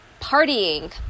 partying